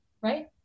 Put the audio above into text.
right